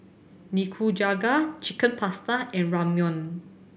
Nikujaga Chicken Pasta and Ramyeon